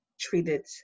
treated